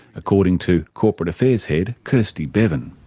according to corporate affairs head kirsty beavon.